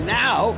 now